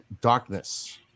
darkness